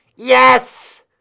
Yes